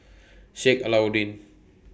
Sheik Alau'ddin